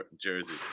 jersey